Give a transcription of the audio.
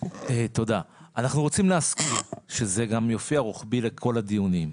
אנחנו רוצים להסכים שזה גם יופיע רוחבי לכל הדיונים.